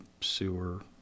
sewer